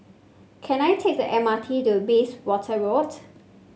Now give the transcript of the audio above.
can I take the M R T to Bayswater Road